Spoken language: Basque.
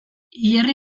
hilerri